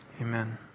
Amen